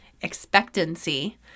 expectancy